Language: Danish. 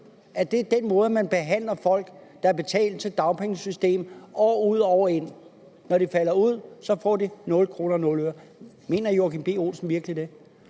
Er det den måde, man behandler folk på, der har betalt til dagpengesystemet år ud og år ind? Når de falder ud, får de nul kroner og nul øre. Mener hr. Joachim B. Olsen virkelig det?